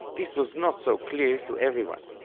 this was not so clear to everyone,